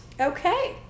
okay